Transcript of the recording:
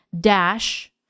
DASH